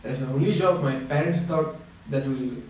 that's the only job my parents thought that would